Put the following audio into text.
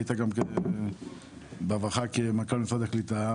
היית גם כן בעברך כמנכ"ל משרד הקליטה.